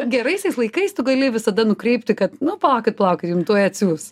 geraisiais laikais tu gali visada nukreipti kad nu palaukit palaukit jum tuoj atsiųs